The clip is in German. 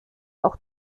auch